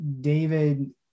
david